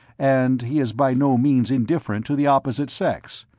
and he is by no means indifferent to the opposite sex.